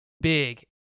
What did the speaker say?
big